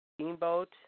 Steamboat